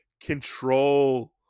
control